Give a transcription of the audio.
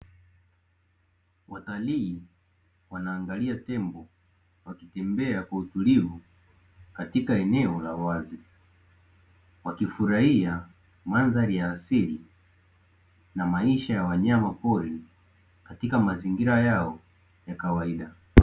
Watalii wanaangalia tembo wakitembea kwa utulivu katika eneo la wazi wakifurahia mandhari ya asili na maisha ya wanyama pori katika mazingira yao ya kawaida.